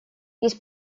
есть